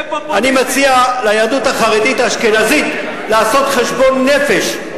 אני מציע ליהדות החרדית האשכנזית לעשות חשבון נפש,